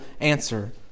answer